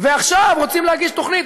ועכשיו רוצים להגיש תוכנית.